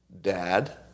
Dad